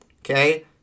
Okay